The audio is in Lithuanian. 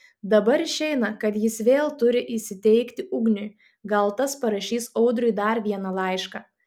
dabar išeina kad jis vėl turi įsiteikti ugniui gal tas parašys audriui dar vieną laišką